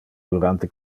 durante